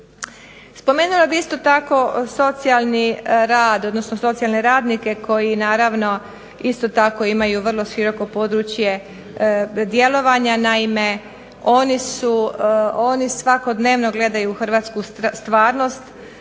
Spomenula bih isto tako socijalni rad, odnosno socijalne radnike koji naravno isto tako imaju vrlo široko područje djelovanja. Naime oni su, oni svakodnevno gledaju hrvatsku stvarnost